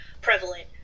prevalent